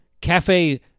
Cafe